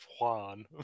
Juan